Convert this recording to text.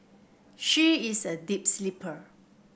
she is a deep sleeper